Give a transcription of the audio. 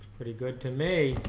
pretty good to me